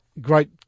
Great